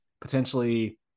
potentially